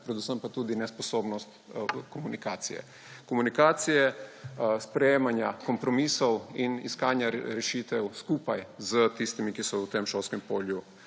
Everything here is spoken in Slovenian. predvsem pa tudi nesposobnost komunikacije, sprejemanja kompromisov in iskanja rešitev skupaj s tistimi, ki so v tem šolskem polju